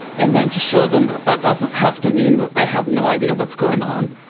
and then to show them that that doesn't have to mean that they have no idea what's going on,